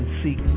seek